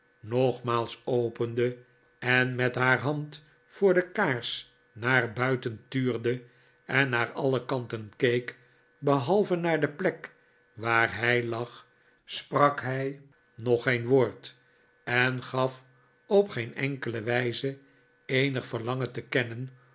nogmaals opende en met haar hand voor de kaars naar buiten tuurde en naar alle kanten keek behalve naar de plek waar hij lag sprak hij nog geen woord en gaf op geen enkele wijze eenig verlangen te kennen